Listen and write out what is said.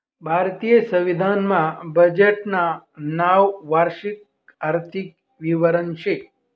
भारतीय संविधान मा बजेटनं नाव वार्षिक आर्थिक विवरण शे